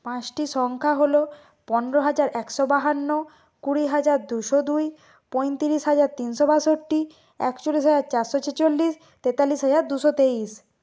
পাঁচটি সংখ্যা হল পনেরো হাজার একশো বাহান্ন কুড়ি হাজার দুশো দুই পঁয়ত্রিশ হাজার তিনশো বাষট্টি একচল্লিশ হাজার চারশো ছেচল্লিশ তেতাল্লিশ হাজার দুশো তেইশ